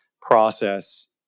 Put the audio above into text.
process